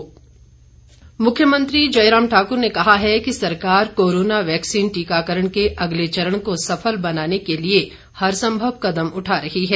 मुख्यमंत्री मुख्यमंत्री जयराम ठाकुर ने कहा है कि सरकार कोरोना वैक्सीन टीकाकरण के अगले चरण को सफल बनाने के लिए हर संभव कदम उठा रही है